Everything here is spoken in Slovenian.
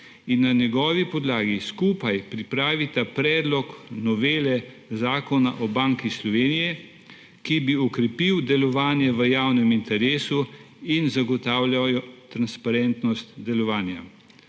in na njegovi podlagi skupaj pripravita predlog novele Zakona o Banki Slovenije, ki bi okrepil delovanje v javnem interesu in zagotavljal transparentnost delovanja.